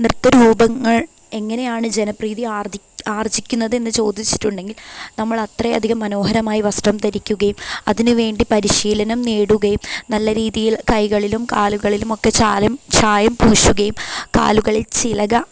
നൃത്ത രൂപങ്ങൾ എങ്ങനെയാണ് ജനപ്രീതി ആർജി ആർജിക്കുന്നതെന്ന് ചോദിച്ചിട്ടുണ്ടെങ്കിൽ നമ്മൾ അത്രയും അധികം മനോഹരമായി വസ്ത്രം ധരിക്കുകയും അതിനുവേണ്ടി പരിശീലനം നേടുകയും നല്ല രീതിയിൽ കൈകളിലും കാലുകളിലും ഒക്കെ ചാലം ചായം പൂശുകയും കാലുകളിൽ ചിലക